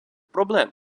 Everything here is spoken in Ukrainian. проблем